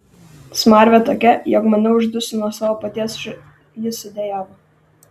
smarvė tokia jog maniau uždusiu nuo savo paties š jis sudejavo